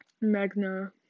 Magna